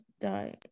die